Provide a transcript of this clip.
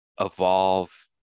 evolve